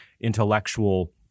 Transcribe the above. intellectual